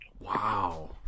wow